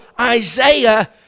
Isaiah